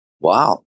Wow